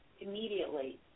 immediately